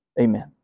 Amen